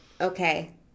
okay